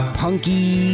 punky